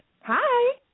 Hi